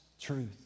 truth